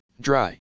Dry